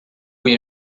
fui